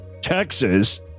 Texas